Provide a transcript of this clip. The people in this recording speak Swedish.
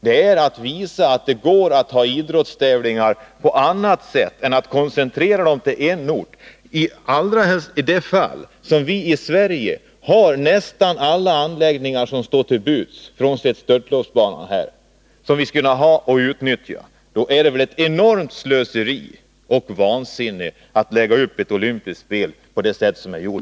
Det är att visa att det går att ha idrottstävlingar på annat sätt än genom att koncentrera dem till en ort, allra helst som vi i Sverige redan har nästan alla anläggningar som behövs, frånsett störtloppsbanan, och som vi skulle kunna utnyttja. Det är väl ett enormt slöseri och vansinne att lägga upp olympiska spel på det sätt som man nu gör.